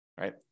right